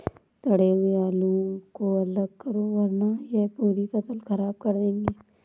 सड़े हुए आलुओं को अलग करो वरना यह पूरी फसल खराब कर देंगे